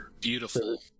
Beautiful